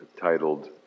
titled